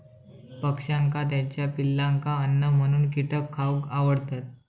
पक्ष्यांका त्याच्या पिलांका अन्न म्हणून कीटक खावक आवडतत